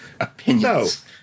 Opinions